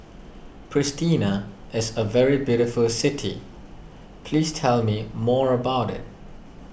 Pristina is a very beautiful city please tell me more about it